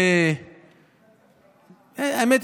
האמת,